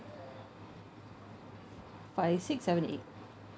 five six seven eight